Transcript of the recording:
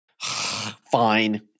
fine